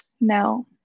No